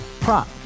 prop